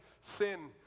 sin